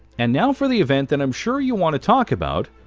and now. for the event that i'm sure you want to talk about.